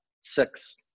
six